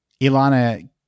Ilana